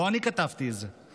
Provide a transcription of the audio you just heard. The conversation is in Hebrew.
לא אני כתבתי את זה.